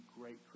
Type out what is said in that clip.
great